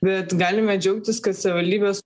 bet galime džiaugtis kad savivaldybės